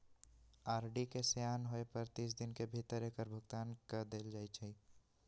RD के सेयान होय पर तीस दिन के भीतरे एकर भुगतान क देल जाइ छइ